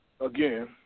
again